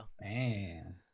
Man